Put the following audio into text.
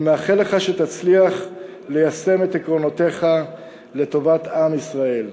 אני מאחל לך שתצליח ליישם את עקרונותיך לטובת עם ישראל.